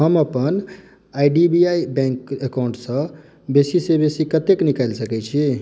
हम अपन I D B I bank अकाउंटसँ बेसी सँ बेसी कतेक निकालि सकै छी